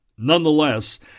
Nonetheless